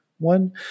One